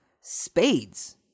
spades